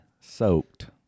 soaked